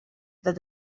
that